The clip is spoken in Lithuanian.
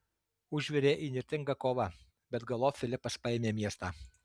užvirė įnirtinga kova bet galop filipas paėmė miestą